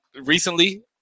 recently